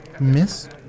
miss